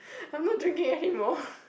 I'm not drinking anymore